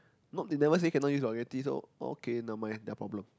not they never say cannot use vulgarity so oh okay never mind their problem